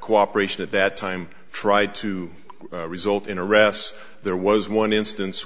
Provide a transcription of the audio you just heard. cooperation at that time tried to result in arrests there was one instance